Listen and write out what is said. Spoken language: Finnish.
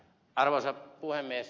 arvoisa puhemies